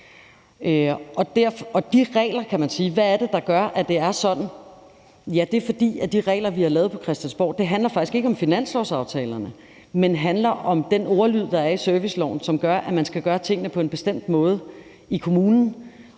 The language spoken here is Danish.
de regler, vi har lavet på Christiansborg, faktisk ikke handler om finanslovsaftalerne, men om den ordlyd, der er i serviceloven, som gør, at man skal gøre tingene på en bestemt måde i kommunen.